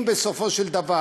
אם בסופו של דבר,